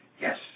yes